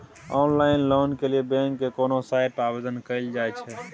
Online loan के लिए bank के केना साइट पर आवेदन कैल जाए छै?